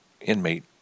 inmate